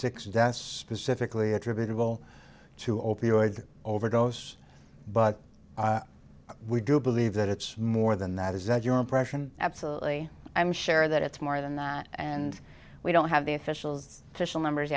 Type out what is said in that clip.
six deaths pacifically attributable to opioid overdose but we do believe that it's more than that is that your impression absolutely i'm sure that it's more than that and we don't have the officials to shell numbers